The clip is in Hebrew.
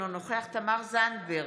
אינו נוכח תמר זנדברג,